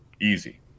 Easy